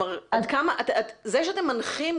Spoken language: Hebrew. זה שאתם מנחים,